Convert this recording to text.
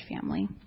family